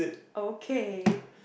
okay